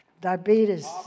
diabetes